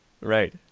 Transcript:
Right